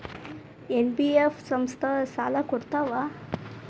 NBF ಸಂಸ್ಥಾ ಸಾಲಾ ಕೊಡ್ತಾವಾ?